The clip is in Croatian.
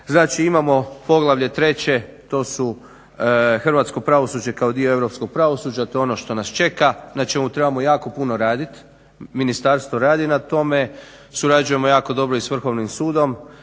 Znači imamo poglavlje 3.to su hrvatsko pravosuđe kao dio europskog pravosuđa, to je ono što nas čeka. Znači trebamo jako puno raditi, ministarstvo radi na tome, surađujemo jako dobro i sa Vrhovnim sudom,